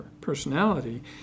personality